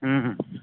ꯎꯝ